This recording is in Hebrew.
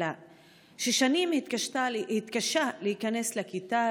ששנים התקשתה להיכנס לכיתה,